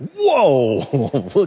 Whoa